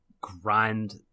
grind